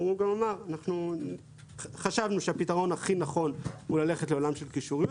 אנחנו חשבנו שהפתרון הכי נכון הוא ללכת לעולם של קישוריות.